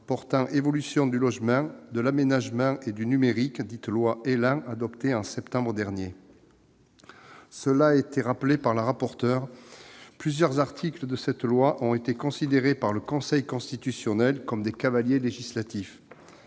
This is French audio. portant évolution du logement, de l'aménagement et du numérique, dite loi ÉLAN, adoptée en septembre dernier. Mme la rapporteur l'a rappelé : plusieurs articles de cette loi ont été considérés par le Conseil constitutionnel comme des cavaliers législatifs.